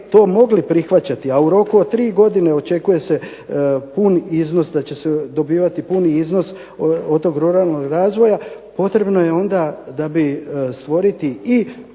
to mogli prihvaćati a u roku od tri godine očekuje se pun iznos da će se dobivati pun iznos od tog ruralnog razvoja, potrebno je onda stvoriti